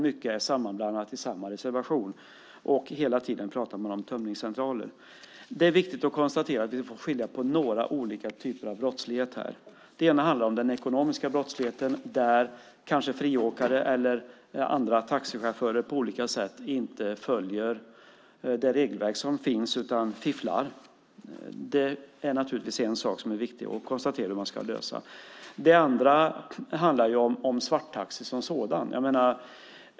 Mycket är sammanblandat i samma reservation, och hela tiden talar man om tömningscentraler. Det är viktigt att vi här skiljer på olika typer av brottslighet. Det ena handlar om ekonomisk brottslighet där friåkare eller andra taxichaufförer på olika sätt inte följer det regelverk som finns utan fifflar. Det är naturligtvis viktigt att lösa detta. Det andra handlar om svarttaxi som sådant.